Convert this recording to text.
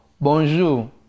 Bonjour